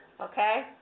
Okay